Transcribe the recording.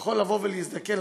יכול להזדקן,